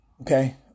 Okay